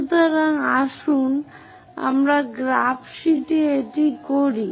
সুতরাং আসুন আমরা গ্রাফ শীটে এটি করি